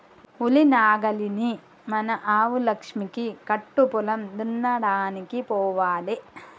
ఉలి నాగలిని మన ఆవు లక్ష్మికి కట్టు పొలం దున్నడానికి పోవాలే